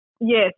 Yes